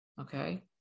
okay